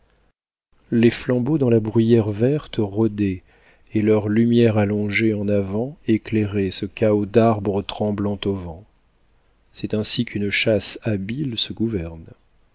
les flambeaux dans la bruyère verte rôdaient et leur lumière allongée en avant éclairait ce chaos d'arbres tremblant au vent c'est ainsi qu'une chasse habile se gouverne